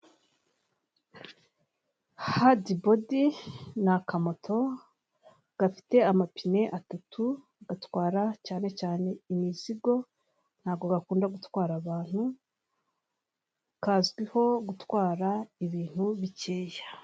Hadibodi ni akamoto, gafite amapine atatu gatwara cyane cyane imizigo, ntabwo gakunda gutwara abantu, kazwiho gutwara ibintu bikeya.